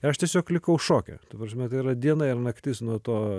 aš tiesiog likau šoke ta prasme tai yra diena ir naktis nuo to